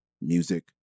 Music